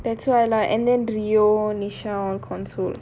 that's why lah and then rio nisha all console